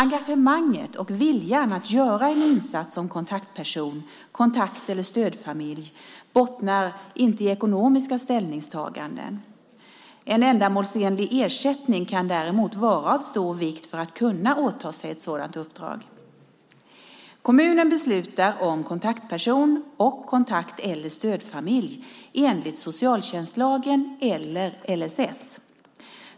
Engagemanget och viljan att göra en insats som kontaktperson, kontakt eller stödfamilj bottnar inte i ekonomiska ställningstaganden. En ändamålsenlig ersättning kan däremot vara av stor vikt för att man ska kunna åta sig ett sådant uppdrag. Kommunen beslutar om kontaktperson och kontakt eller stödfamilj enligt socialtjänstlagen eller LSS.